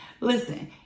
Listen